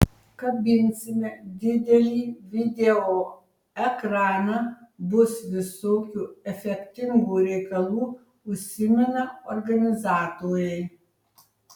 kabinsime didelį video ekraną bus visokių efektingų reikalų užsimena organizatoriai